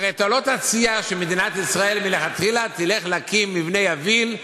הרי אתה לא תציע שמדינת ישראל מלכתחילה תלך להקים מבנה יביל,